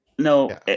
No